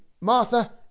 Martha